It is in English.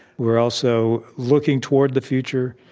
we're also looking toward the future,